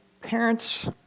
parents